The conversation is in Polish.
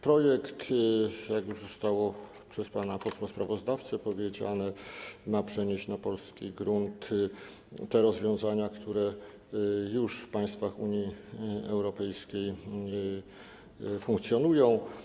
Projekt, jak już zostało przez pana posła sprawozdawcę powiedziane, ma przenieść na polski grunt te rozwiązania, które już w państwach Unii Europejskiej funkcjonują.